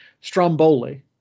Stromboli